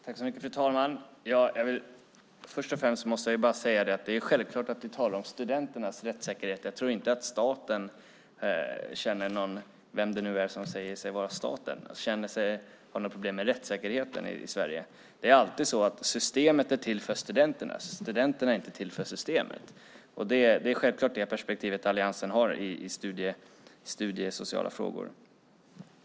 Fru talman! Först och främst måste jag säga att det är självklart att vi talar om studenternas rättssäkerhet. Jag tror inte att staten - vem det nu är som säger sig vara staten - anser sig ha något problem med rättssäkerheten i Sverige. Det är alltid så att systemet är till för studenterna; studenterna är inte till för systemet. Det är självklart detta perspektiv Alliansen har i studiesociala frågor.